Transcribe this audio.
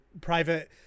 private